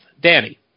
Danny